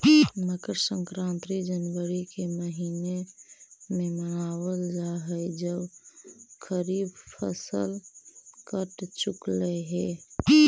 मकर संक्रांति जनवरी के महीने में मनावल जा हई जब खरीफ फसल कट चुकलई हे